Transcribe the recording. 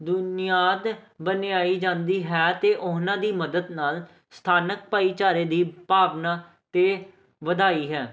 ਬੁਨਿਆਦ ਬਣਾਈ ਜਾਂਦੀ ਹੈ ਤੇ ਉਹਨਾਂ ਦੀ ਮਦਦ ਨਾਲ ਸਥਾਨਕ ਭਾਈਚਾਰੇ ਦੀ ਭਾਵਨਾ ਅਤੇ ਵਧਾਈ ਹੈ